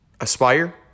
aspire